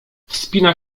wspina